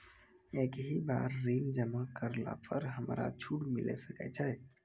एक ही बार ऋण जमा करला पर हमरा छूट मिले सकय छै?